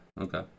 Okay